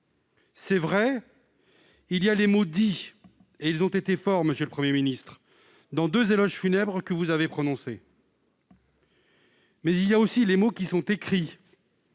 est vrai qu'il y a les mots dits, et ils ont été forts, monsieur le Premier ministre, dans les deux éloges funèbres que vous avez prononcés. Cependant, il y a aussi les mots qui sont écrits,